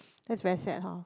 that's very sad hor